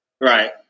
Right